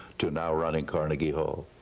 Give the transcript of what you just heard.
to now running carnegie hall.